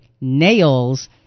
nails